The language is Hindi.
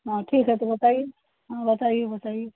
हाँ ठीक है तओ बताइए हाँ बताइए बताइए